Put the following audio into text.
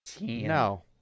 No